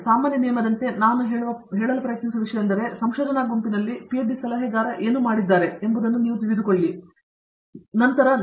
ಆದರೆ ಸಾಮಾನ್ಯ ನಿಯಮದಂತೆ ನಾನು ಮಾಡಲು ಪ್ರಯತ್ನಿಸಿದ ವಿಷಯವೆಂದರೆ ನಮ್ಮ ಸಂಶೋಧನಾ ಗುಂಪಿನಲ್ಲಿ ನನ್ನ ಪಿಎಚ್ಡಿ ಸಲಹೆಗಾರ ಏನು ಮಾಡಿದ್ದಾನೆ ಎಂಬುದನ್ನು ನೀವು ತಿಳಿದುಕೊಳ್ಳುತ್ತೀರಿ